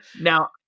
Now